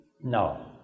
No